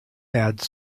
ads